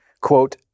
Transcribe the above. quote